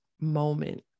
moment